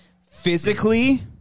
physically